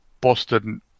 Boston